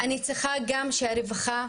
אני רוצה גם שהרווחה,